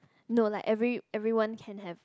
no like every everyone can have